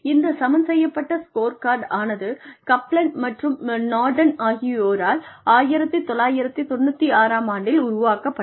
இந்த சமன்செய்யப்பட்ட ஸ்கோர்கார்டு ஆனது கப்லன் மற்றும் நார்ட்டன் ஆகியோரால் 1996 ஆம் ஆண்டில் உருவாக்கப்பட்டது